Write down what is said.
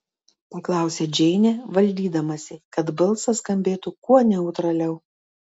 paklausė džeinė valdydamasi kad balsas skambėtų kuo neutraliau